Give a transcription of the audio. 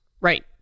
Right